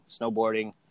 snowboarding